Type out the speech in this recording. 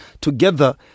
together